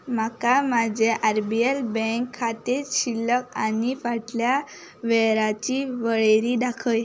म्हाका म्हाजें RBL bank खातें शिल्लक आनी फाटल्या वेव्हाराची वळेरी दाखय